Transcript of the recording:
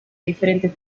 diferentes